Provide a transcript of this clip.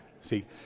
See